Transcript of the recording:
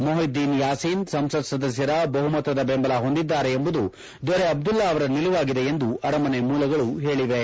Muhyiddin Yassin ಸಂಸತ್ ಸದಸ್ಯರ ಬಹುಮತದ ಬೆಂಬಲ ಹೊಂದಿದ್ದಾರೆ ಎಂಬುದು ದೊರೆ ಅಬ್ದುಲ್ಲಾ ಅವರ ನಿಲುವಾಗಿದೆ ಎಂದು ಅರಮನೆ ಮೂಲಗಳು ಹೇಳಿವೆ